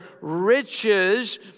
riches